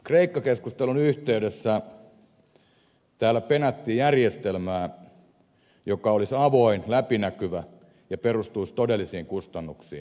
kreikka keskustelun yhteydessä täällä penättiin järjestelmää joka olisi avoin läpinäkyvä ja perustuisi todellisiin kustannuksiin